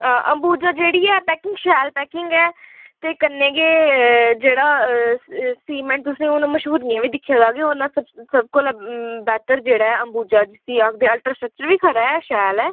हां अंबुजा जेह्ड़ी ऐ पैकिंग शैल पैकिंग ऐ ते कन्नै गै जेह्ड़ा सीमेंट तुसें हून मश्हूरियें बी दिक्खे दा गै होना ऐ सब कोला बैटर जेह्ड़ा अंबुजा जिसी आखदे अल्ट्रा सट्रक्चर बी खरा ऐ शैल ऐ